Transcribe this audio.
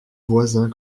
voisins